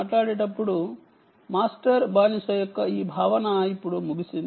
master slave యొక్క ఈ భావన ఇప్పుడు ముగిసింది